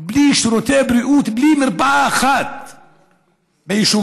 בלי שירותי בריאות, בלי מרפאה אחת ביישובם.